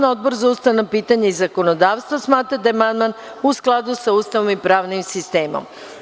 Odbor za ustavna pitanja i zakonodavstvo smatra da je amandman u skladu sa Ustavom i pravnim sistemom.